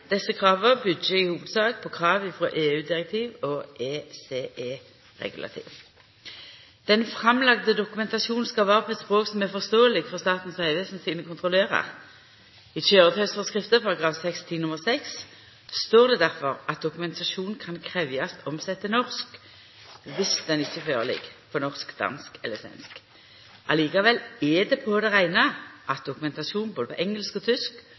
Desse krava byggjer i hovudsak på krav frå EU-direktiv og ECE-regulativ. Den framlagde dokumentasjonen skal vera på eit språk som er forståeleg for Statens vegvesen sine kontrollørar. I køyretøyforskrifta § 6-11 nr. 6 står det difor at dokumentasjon kan krevjast omsett til norsk dersom han ikkje ligg føre på norsk, dansk eller svensk. Likevel er det på det reine at dokumentasjon på både engelsk og tysk